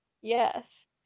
yes